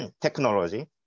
technology